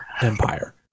empire